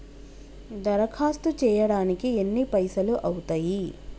దరఖాస్తు చేయడానికి ఎన్ని పైసలు అవుతయీ?